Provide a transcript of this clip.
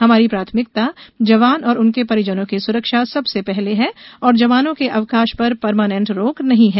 हमारी प्राथमिकता जवान और उनके परिजनों की सुरक्षा सबसे पहले है और जवानों के अवकाश पर परमानेंट रोक नहीं है